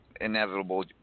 inevitable